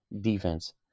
defense